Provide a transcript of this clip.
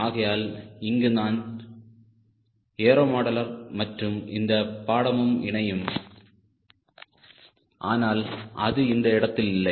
ஆகையால் இங்கு தான் ஏரோ மாடலர் மற்றும் இந்த பாடமும் இணையும்ஆனால் அது இந்த இடத்தில் இல்லை